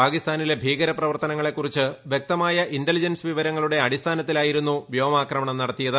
പാകിസ്ഥാനിലെ ഭീകര പ്രിവർത്തനങ്ങളെക്കുറിച്ച് വ്യക്തമായ ഇന്റലിജൻസ് വിവരങ്ങളുട്ടെ അടിസ്ഥാനത്തിലായിരുന്നു വ്യോമാക്രമണം നടത്തിയ്ത്